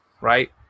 right